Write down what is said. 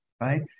right